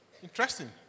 Interesting